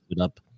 up